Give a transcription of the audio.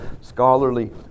scholarly